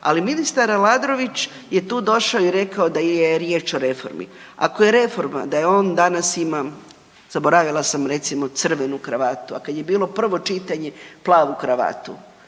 Ali ministar Aladrović je tu došao i rekao da je riječ o reformi. Ako je reforma onda danas imam, zaboravila sam recimo crvenu kravatu, a kad je bilo prvo čitanje plavu kravatu.